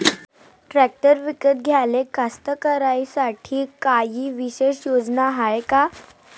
Tractor विकत घ्याले कास्तकाराइसाठी कायी विशेष योजना हाय का?